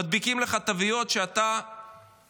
מדביקים לך תוויות שאתה